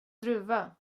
druva